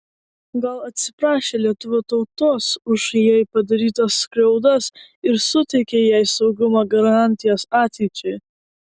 gal atsiprašė lietuvių tautos už jai padarytas skriaudas ir suteikė jai saugumo garantijas ateičiai